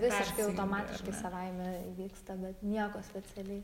visiškai automatiškai savaime įvyksta bet nieko specialiai